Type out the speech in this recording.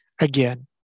again